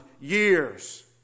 years